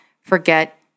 forget